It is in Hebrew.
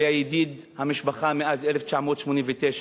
היה ידיד המשפחה מאז 1989,